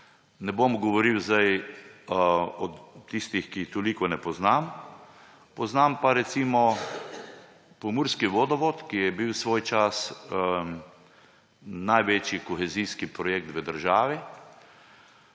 Ne bom govoril o tistih, ki jih toliko ne poznam, poznam pa recimo pomurski vodovod, ki je bil svoj čas največji kohezijski projekt v državi.